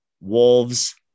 Wolves